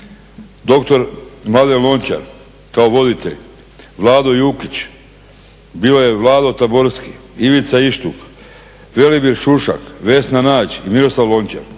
doktor Mladen Lončar kao voditelj, Vlado Jukić, bio je Vlado Taborski, Ivica Ištuk, Velimir Šušak, Vesna Nađ i Miroslav Lončar.